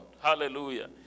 Hallelujah